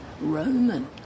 Roman